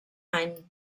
any